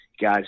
guys